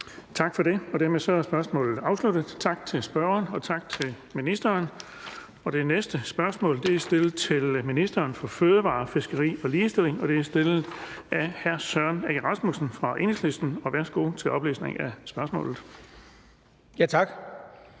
Tak for det. Dermed er spørgsmålet afsluttet. Tak til spørgeren, og tak til ministeren. Det næste spørgsmål er stillet til ministeren for fødevarer, fiskeri og ligestilling, og det er stillet af hr. Søren Egge Rasmussen fra Enhedslisten. Kl. 17:00 Spm. nr.